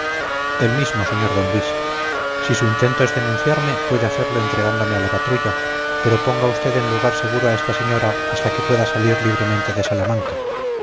el mismo sr d luis si su intento es denunciarme puede hacerlo entregándome a la patrulla pero ponga usted en lugar seguro a esta señora hasta que pueda salir libremente de salamanca